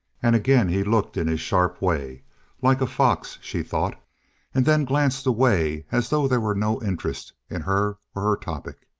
and again he looked in his sharp way like a fox, she thought and then glanced away as though there were no interest in her or her topic.